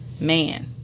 man